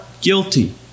guilty